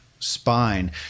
Spine